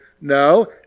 No